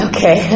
Okay